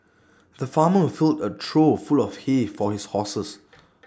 the farmer filled A trough full of hay for his horses